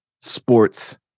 sports